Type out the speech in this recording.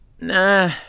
Nah